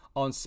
on